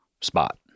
spot